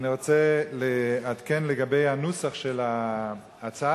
אני רוצה לעדכן לגבי הנוסח של ההצעה,